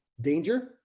danger